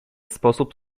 sposób